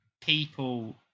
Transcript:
people